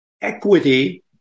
equity